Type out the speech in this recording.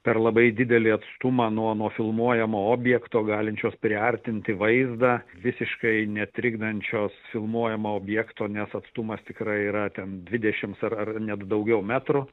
per labai didelį atstumą nuo nuo filmuojamo objekto galinčios priartinti vaizdą visiškai netrikdančios filmuojamo objekto nes atstumas tikrai yra ten dvidešimt ar net daugiau metrų